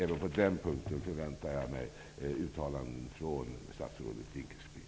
Även på den punkten förväntar jag mig uttalanden från statsrådet Dinkelspiel.